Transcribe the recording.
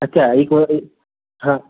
अच्छा एक वर एक हां